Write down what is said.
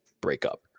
breakup